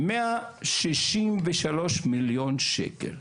מאה שישים ושלוש מיליון שקל.